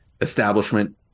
establishment